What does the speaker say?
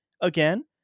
Again